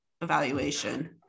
evaluation